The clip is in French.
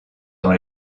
dans